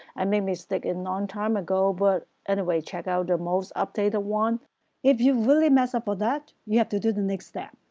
i made mistake in long time ago but anyway check out the most updated one if you really messed up for that, you have to do the next step.